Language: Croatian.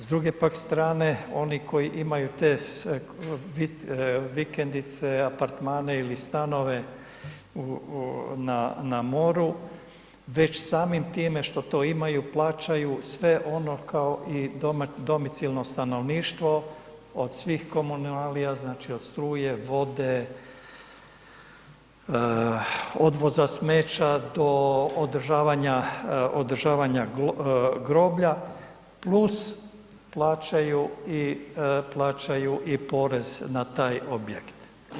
S druge pak strane oni koji imaju te vikendice, apartmane ili stanove u, na moru već samim time što to imaju plaćaju sve ono kao i domicilno stanovništvo, od svih komunalija, znači od struje, vode, odvoza smeća do održavanja, održavanja groblja plus plaćaju i porez na taj objekt.